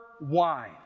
wine